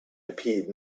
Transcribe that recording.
appeared